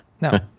No